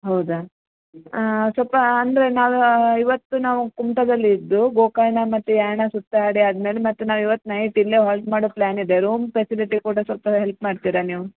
ಹೌದಾ ಸ್ವಲ್ಪ ಅಂದರೆ ನಾವು ಇವತ್ತು ನಾವು ಕುಮ್ಟಾದಲ್ಲಿ ಇದ್ದು ಗೋಕರ್ಣ ಮತ್ತು ಯಾಣ ಸುತ್ತಾಡಿ ಆದ್ಮೇಲೆ ಮತ್ತೆ ನಾವು ಇವತ್ತು ನೈಟ್ ಇಲ್ಲೇ ಹಾಲ್ಟ್ ಮಾಡೋ ಪ್ಲಾನ್ ಇದೆ ರೂಮ್ ಫೆಸಿಲಿಟಿ ಕೂಡ ಸ್ವಲ್ಪ ಹೆಲ್ಪ್ ಮಾಡ್ತೀರಾ ನೀವು